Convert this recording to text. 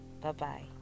Bye-bye